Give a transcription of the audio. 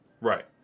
right